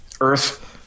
Earth